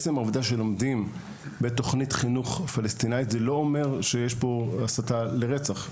אז העובדה שלומדים בתוכנית חינוך פלסטינית היא לא הסתה לרצח.